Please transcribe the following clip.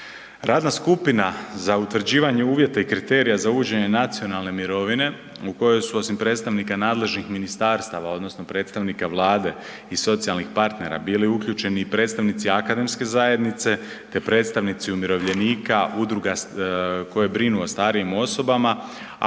Radna skupina za utvrđivanje uvjeta i kriterija za uvođenje nacionalne mirovine u kojoj su osim predstavnika nadležnih ministarstava odnosno predstavnika Vlade i socijalnih partnera bili uključeni i predstavnici akademske zajednice te predstavnici umirovljenika, udruga koje brinu o starijim osobama